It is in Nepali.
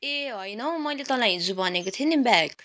ए होइन हौ मैले तँलाई हिजो भनेको थिएँ नि ब्याग